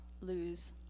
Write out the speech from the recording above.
lose